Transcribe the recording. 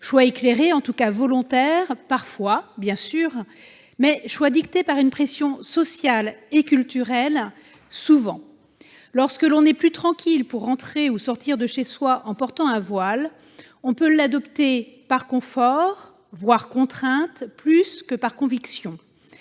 choix éclairé, en tout cas volontaire, parfois, bien sûr, mais choix dicté par une pression sociale et culturelle, souvent. Lorsque l'on est plus tranquille pour entrer ou sortir de chez soi en portant un voile, on peut l'adopter par confort, voire contrainte, plus que par conviction.